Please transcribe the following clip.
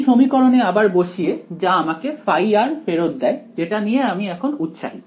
এই সমীকরণে আবার বসিয়ে যা আমাকে ফেরত দেয় যেটা নিয়ে আমি এখন উৎসাহী